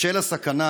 בשל הסכנה,